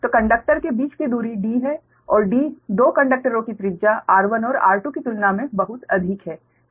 तो कंडक्टर के बीच की दूरी D है और D 2 कंडक्टरों की त्रिज्या r1 और r2 की तुलना में बहुत अधिक है